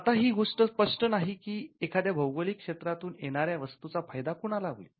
आता ही गोष्ट स्पष्ट नाही की एखाद्या भौगोलिक क्षेत्रातून येणाऱ्या वस्तूचा फायदा कुणाला होईल